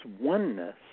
oneness